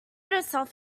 herself